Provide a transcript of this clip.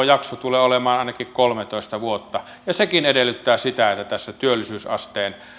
jakso tulee olemaan ainakin kolmetoista vuotta ja sekin edellyttää sitä että tässä työllisyysasteen